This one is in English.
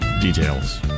Details